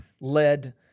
led